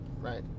right